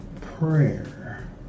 prayer